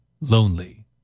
lonely